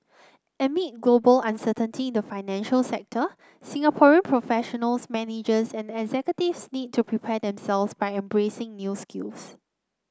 amid global uncertainty in the financial sector Singaporean professionals managers and executives need to prepare themselves by embracing new skills